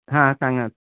हा सांगात